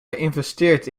geïnvesteerd